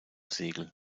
segel